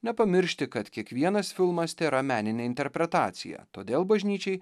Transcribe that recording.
nepamiršti kad kiekvienas filmas tėra meninė interpretacija todėl bažnyčiai